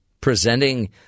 presenting